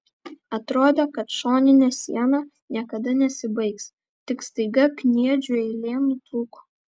atrodė kad šoninė siena niekada nesibaigs tik staiga kniedžių eilė nutrūko